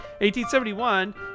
1871